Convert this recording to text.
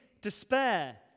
despair